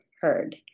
heard